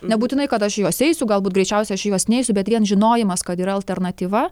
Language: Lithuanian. nebūtinai kad aš į juos eisiu galbūt greičiausiai aš į juos neisiu bet vien žinojimas kad yra alternatyva